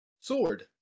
Sword